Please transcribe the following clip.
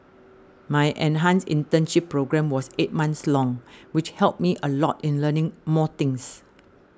my enhanced internship programme was eight months long which helped me a lot in learning more things